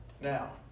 Now